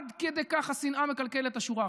עד כדי כך השנאה מקלקלת את השורה.